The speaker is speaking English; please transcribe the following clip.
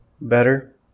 better